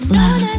love